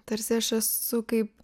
tarsi aš esu kaip